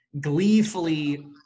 gleefully